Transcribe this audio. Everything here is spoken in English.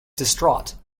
distraught